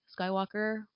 Skywalker